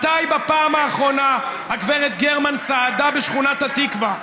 מתי בפעם האחרונה הגברת גרמן צעדה בשכונת התקווה?